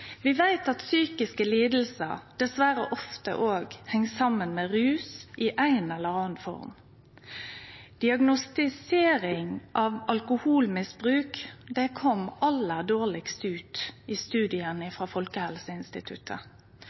Vi veit at psykiske lidingar dessverre ofte òg heng saman med rus i ei eller anna form. Diagnostisering av alkoholmisbruk kom aller dårlegast ut i studien frå Folkehelseinstituttet.